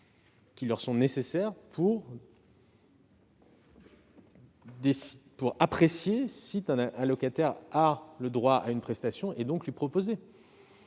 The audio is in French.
qui leur sont nécessaires pour apprécier si un allocataire a droit à une prestation et pour la lui proposer.